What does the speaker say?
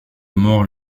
mort